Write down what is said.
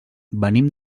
venim